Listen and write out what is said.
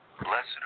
Blessed